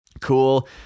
cool